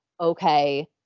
okay